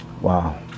wow